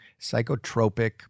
psychotropic